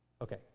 Okay